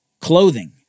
clothing